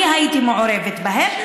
אני הייתי מעורבת בהן,